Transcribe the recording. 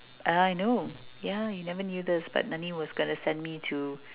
I know yeah you never knew this but was gonna send me to